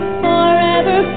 forever